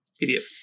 Idiot